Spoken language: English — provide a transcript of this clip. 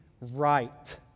right